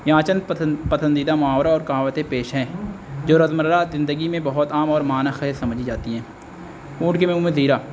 یہاں چند پسندیدہ محاورے اور کہاوتیں پیش ہیں جو روزمرہ زندگی میں بہت عام اور معنی خیر سمجھی جاتی ہیں اونٹ کے منہ میں زیرہ